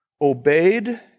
obeyed